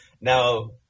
now